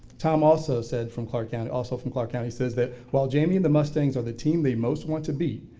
tom also said from clark county, also from clark county, says that while jamie and the mustangs are the team they most want to beat.